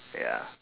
ya